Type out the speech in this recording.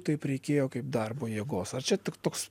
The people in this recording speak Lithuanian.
taip reikėjo kaip darbo jėgos ar čia toks